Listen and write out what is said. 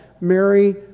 Mary